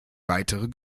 weitere